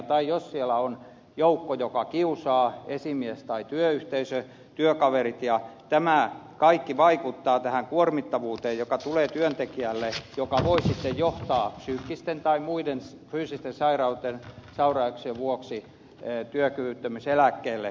tai jos siellä on joukko joka kiusaa esimies tai työyhteisö työkaverit tämä kaikki vaikuttaa tähän kuormittavuuteen joka tulee työntekijälle ja voi sitten johtaa psyykkisten tai muiden fyysisten sairauksien vuoksi työkyvyttömyyseläkkeelle